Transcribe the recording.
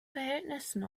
verhältnissen